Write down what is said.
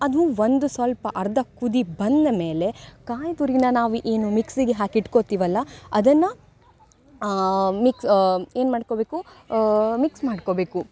ಅದು ಒಂದು ಸ್ವಲ್ಪ ಅರ್ಧ ಕುದಿ ಬಂದ ಮೇಲೆ ಕಾಯಿ ತುರಿನ ನಾವು ಏನು ಮಿಕ್ಸಿಗೆ ಹಾಕಿ ಇಟ್ಕೊತೀವಲ್ಲ ಅದನ್ನು ಮಿಕ್ಸ್ ಏನು ಮಾಡ್ಕೊಬೇಕು ಮಿಕ್ಸ್ ಮಾಡ್ಕೊಬೇಕು